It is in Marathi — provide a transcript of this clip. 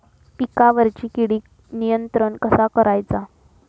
पिकावरची किडीक नियंत्रण कसा करायचा?